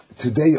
today